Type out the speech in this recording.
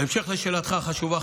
בהמשך לשאלתך החשובה,